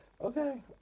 Okay